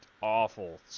awful